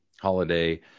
holiday